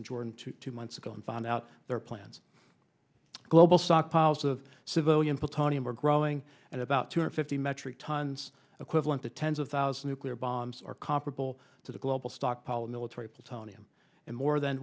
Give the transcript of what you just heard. in jordan to two months ago and found out their plans global stockpiles of civilian plutonium are growing at about two hundred fifty metric tons of quibbling to tens of thousands of clear bombs are comparable to the global stockpile of military persona and more than